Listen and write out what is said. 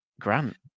Grant